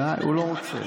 הוא לא רוצה.